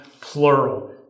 plural